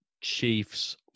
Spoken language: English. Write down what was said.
Chiefs